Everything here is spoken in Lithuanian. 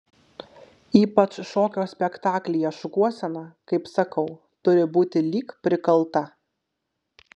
ypač šokio spektaklyje šukuosena kaip sakau turi būti lyg prikalta